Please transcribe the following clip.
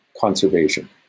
conservation